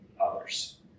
others